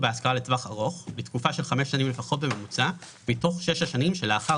לטווח ארוך לתקופה של חמש שנים לפחות בממוצע מתוך שש השנים שלאחר